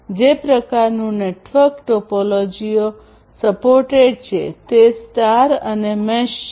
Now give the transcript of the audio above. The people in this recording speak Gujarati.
જે પ્રકારનું નેટવર્ક ટોપોલોજીઓ સપોર્ટેડ છે તે સ્ટાર અને મેશ છે